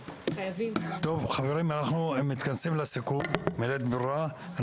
חברים, אנחנו מתכנסים לסיכום, בלית ברירה.